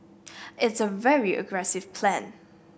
it's a very aggressive plan